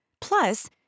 Plus